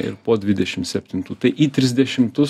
ir po dvidešim septintų tai į trisdešimtus